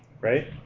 right